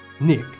Nick